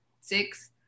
six